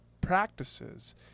practices